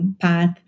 path